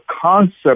concept